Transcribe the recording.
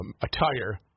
attire